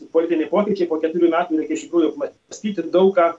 politiniai pokyčiai po keturių metų reikia iš tikrųjų apmąstyti daug ką